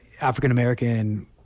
African-American